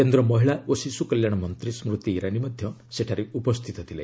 କେନ୍ଦ୍ର ମହିଳା ଓ ଶିଶୁ କଲ୍ୟାଣ ମନ୍ତ୍ରୀ ସ୍କୃତି ଇରାନୀ ମଧ୍ୟ ସେଠାରେ ଉପସ୍ଥିତ ଥିଲେ